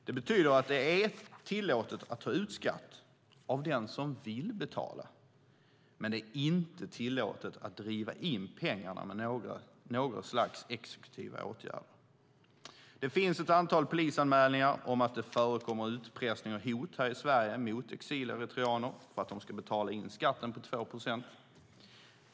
Det betyder att det är tillåtet att ta ut skatt av den som vill betala, men det är inte tillåtet att driva in pengarna med något slags exekutiva åtgärder. Det finns ett antal polisanmälningar om att det förekommer utpressning och hot här i Sverige mot exileritreaner för att de ska betala in skatten på 2 procent.